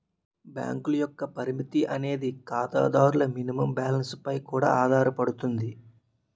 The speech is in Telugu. బ్యాంకుల యొక్క పరపతి అనేది ఖాతాదారుల మినిమం బ్యాలెన్స్ పై కూడా ఆధారపడుతుంది